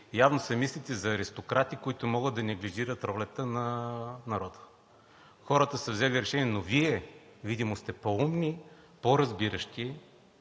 явно се мислите за аристократи, които могат да неглижират ролята на народа. Хората са взели решение, но Вие видимо сте по умни, по-разбиращи,